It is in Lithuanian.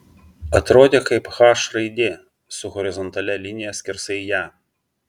atrodė kaip h raidė su horizontalia linija skersai ją